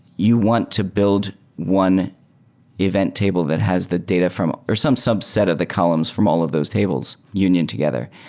you want to build one event table that has the data from or some subset of the columns from all of those tables union together.